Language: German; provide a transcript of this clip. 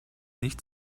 nicht